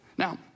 Now